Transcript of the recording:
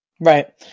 Right